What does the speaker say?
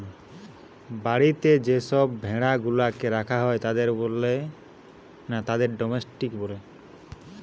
বাড়িতে যে সব ভেড়া গুলাকে রাখা হয় তাদের ডোমেস্টিক বলে